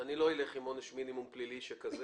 שאני לא אלך עם עונש מינימום פלילי כזה.